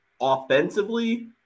Offensively